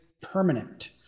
permanent